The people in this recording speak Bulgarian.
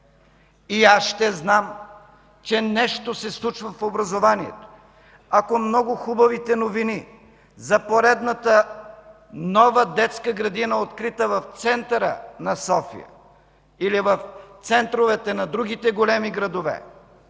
И аз ще знам, че нещо се случва в образованието, ако много хубавите новини за поредната нова детска градина, открита в центъра на София или в центровете на другите големи градове,